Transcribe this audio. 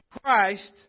Christ